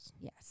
Yes